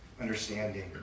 understanding